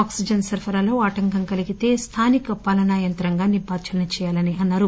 oxygen సరఫరాలో ఆటంకం కలీగితే స్థానిక పాలనా యంత్రాంగాన్ని బాధ్యుల్సి చేయాలని అన్నారు